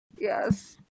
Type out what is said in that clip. Yes